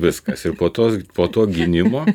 viskas ir po tos po to gynimo